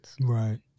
Right